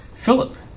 Philip